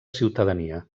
ciutadania